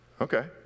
Okay